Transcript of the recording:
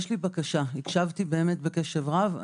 הקשבתי בקשב רב,